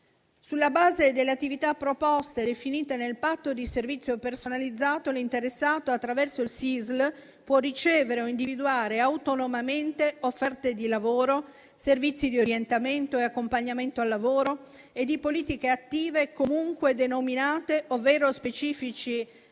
Sulla base delle attività proposte, definite nel patto di servizio personalizzato, l'interessato, attraverso il SISL, può ricevere o individuare autonomamente offerte di lavoro, servizi di orientamento e accompagnamento al lavoro e di politiche attive, comunque denominate, ovvero specifici